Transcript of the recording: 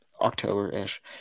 October-ish